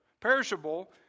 perishable